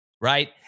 right